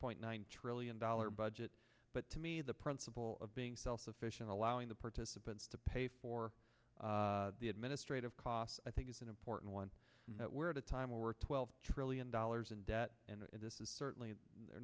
point nine trillion dollar budget but to me the principle of being self sufficient allowing the participants to pay for the administrative costs i think is an important one that we're at a time when we're twelve trillion dollars in debt and this is certainly they're